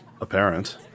apparent